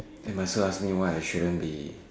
then my sir ask me why I shouldn't be